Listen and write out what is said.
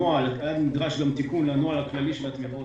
הנוהל, נדרש היה גם תיקון לנוהל הכללי של התמיכות.